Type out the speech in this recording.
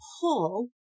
pull